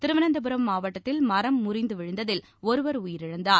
திருவனந்தபுரம்மாவட்டத்தில் மரம் முறிந்து விழுந்ததில் ஒருவர் உயிரிழந்தார்